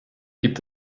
gibt